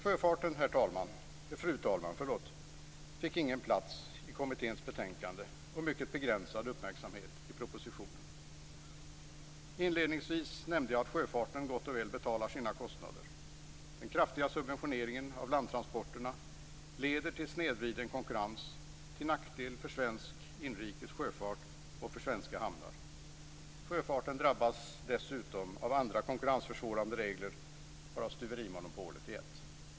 Sjöfarten, fru talman, fick ingen plats i kommitténs betänkande och mycket begränsad uppmärksamhet i propositionen. Inledningsvis nämnde jag att sjöfarten gott och väl betalar sina kostnader. Den kraftiga subventioneringen av landtransporterna leder till snedvriden konkurrens, till nackdel för svensk inrikes sjöfart och för svenska hamnar. Sjöfarten drabbas dessutom av andra konkurrensförsvårande regler, varav stuverimonopolet är ett.